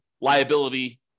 liability